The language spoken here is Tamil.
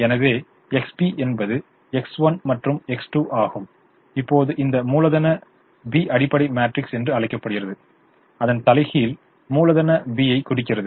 எனவே XB என்பது X1 மற்றும் X2 ஆகும் இப்போது இந்த மூலதன B அடிப்படை மேட்ரிக்ஸ் என்று அழைக்கப்படுகிறது அதன் தலைகீழ் மூலதன B ஐ குறிக்கிறது